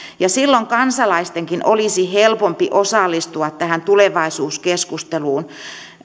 ja silloin kansalaistenkin olisi helpompi osallistua tähän tulevaisuuskeskusteluun